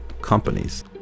companies